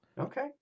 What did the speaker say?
Okay